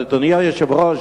אדוני היושב-ראש,